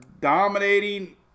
dominating